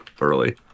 early